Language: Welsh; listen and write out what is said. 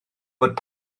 bod